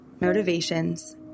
motivations